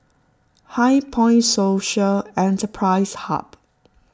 HighPoint Social Enterprise Hub